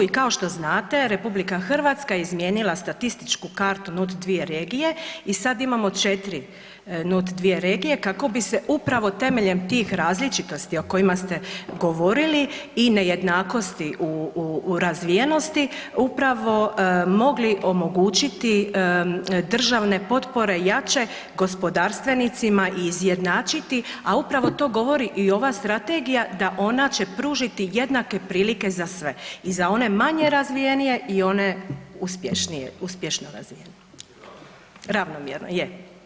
I kao što znate RH je izmijenila statističku kartu od vije regije i sad imamo četiri NUC dvije regije kako bi se upravo temeljem tih različitosti o kojima ste govorili i nejednakosti u razvijenosti upravo mogli omogućiti državne potpore jače gospodarstvenicima a upravo to govori i ova strategija da ona će pružiti jednake prilike za sve i za one manje razvijenije i one uspješno razvijene, ravnomjerno je.